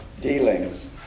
dealings